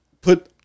put